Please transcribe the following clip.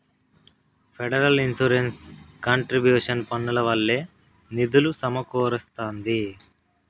federal insurance contribution పన్నుల వల్లే నిధులు సమకూరస్తాంది